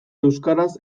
euskaraz